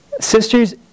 Sisters